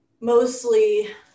mostly